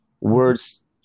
words